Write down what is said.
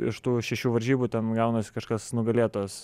iš tų šešių varžybų ten gaunasi kažkas nugalėtas